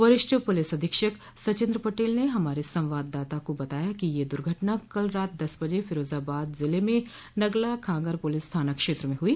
वरिष्ठ पुलिस अधीक्षक सचिंद्र पटेल ने हमारे संवाददाता को बताया कि यह दुर्घटना कल रात दस बजे फिरोजाबाद जिले में नगला खांगर पुलिस थाना क्षेत्र में हुई